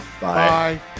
bye